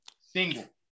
Single